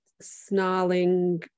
snarling